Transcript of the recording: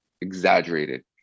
exaggerated